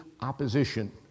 opposition